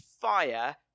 fire